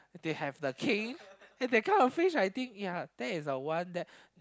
they have the king that kind of fish I think ya that is the one that